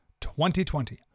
2020